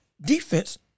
defense